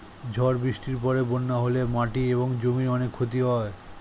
ঝড় বৃষ্টির পরে বন্যা হলে মাটি এবং জমির অনেক ক্ষতি হয়